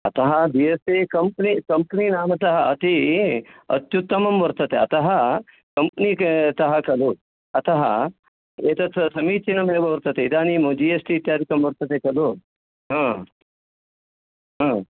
अतः B S C company कम्पनीनामतः अति अत्युत्तमं वर्तते अतः कम्पनीतः खलु अतः एतस्स समीचीनम् एव वर्तते इदानीं जी एस् टी इत्यादिकं वर्तते खलु ह ह